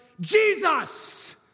Jesus